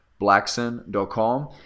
Blackson.com